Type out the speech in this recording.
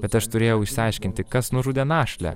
bet aš turėjau išsiaiškinti kas nužudė našlę